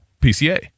PCA